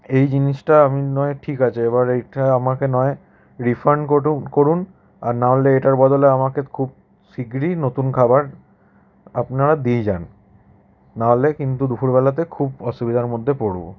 এই জিনিসটা আমি নয় ঠিক আছে এবার এইটা আমাকে নয় রিফান্ড করুন আর নাহলে এটার বদলে আমাকে খুব শিগগিরিই নতুন খাবার আপনারা দিয়ে যান নাহলে কিন্তু দুফুরবেলাতে খুব অসুবিধার মধ্যে পড়বো